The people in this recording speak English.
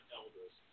elders